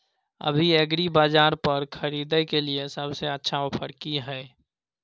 अभी एग्रीबाजार पर खरीदय के लिये सबसे अच्छा ऑफर की हय?